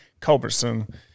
Culberson